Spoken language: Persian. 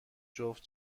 جفت